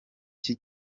cy’i